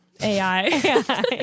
AI